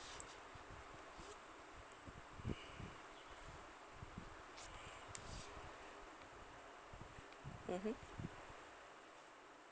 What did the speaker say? mmhmm